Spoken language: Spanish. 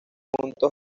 juntos